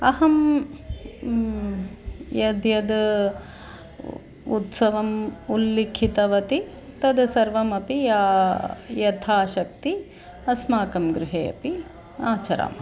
अहं यद्यद् उत्सवं उल्लिखितवती तद् सर्वमपि यथाशक्तिः अस्माकं गृहे अपि आचरामः